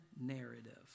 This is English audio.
narrative